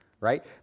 Right